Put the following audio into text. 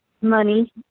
Money